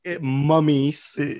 mummies